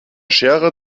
schere